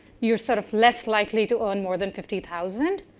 you're sort of less likely to own more than fifty thousand,